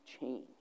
change